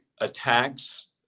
attacks